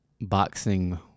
boxing